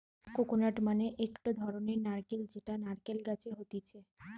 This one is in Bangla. কোকোনাট মানে একটো ধরণের নারকেল যেটা নারকেল গাছে হতিছে